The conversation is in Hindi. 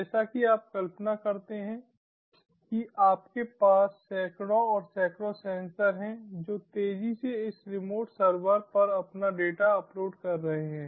जैसा कि आप कल्पना करते हैं कि आपके पास सैकड़ों और सैकड़ों सेंसर हैं जो तेजी से इस रिमोट सर्वर पर अपना डेटा अपलोड कर रहे हैं